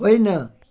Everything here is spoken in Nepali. होइन